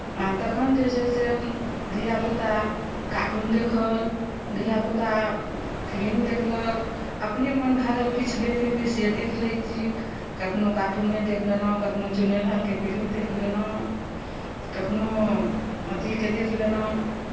आ तखन जे छै से धियापुता कार्टून देखल धियापुता फिल्म देखलक अपने मन भए गेल किछु देखयके से देख लैत छी कखनहु कार्टूने देखि लेलहुँ कखनहु चुन्ने लालके फिल्म देखि लेलहुँ कखनहुँ अथिके देखि लेलहुँ